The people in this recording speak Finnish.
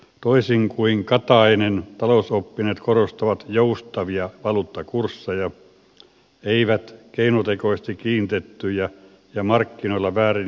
toisin kuin katainen talousoppineet korostavat joustavia valuuttakursseja eivät keinotekoisesti kiinnitettyjä ja markkinoilla väärin hinnoiteltuja valuuttoja